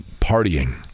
partying